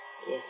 yes